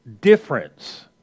difference